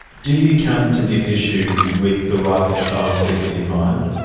do you come to this issue with the rights of asylum seekers in mind?